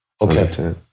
Okay